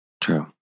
True